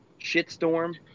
shitstorm –